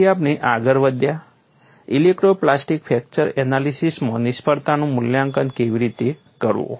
પછી આપણે આગળ વધ્યા ઇલાસ્ટો પ્લાસ્ટિક ફ્રેક્ચર એનાલિસીસમાં નિષ્ફળતાનું મૂલ્યાંકન કેવી રીતે કરવું